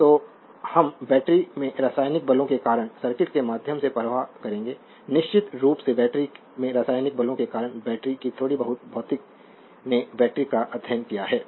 तो हम बैटरी में रासायनिक बलों के कारण सर्किट के माध्यम से प्रवाह करेंगे निश्चित रूप से बैटरी में रासायनिक बलों के कारण बैटरी की थोड़ी बहुत भौतिकी ने बैटरी का अध्ययन किया है